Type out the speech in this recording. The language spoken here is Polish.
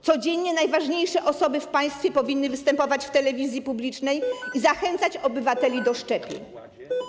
Codziennie najważniejsze osoby w państwie powinny występować w telewizji publicznej i zachęcać obywateli do szczepień.